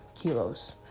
kilos